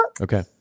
Okay